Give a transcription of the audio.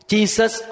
Jesus